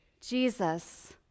Jesus